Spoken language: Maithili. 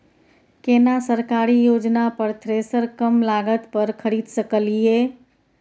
केना सरकारी योजना पर थ्रेसर कम लागत पर खरीद सकलिए?